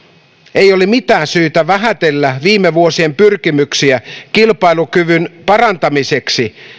ei ole mitään syytä vähätellä viime vuosien pyrkimyksiä kilpailukyvyn parantamiseksi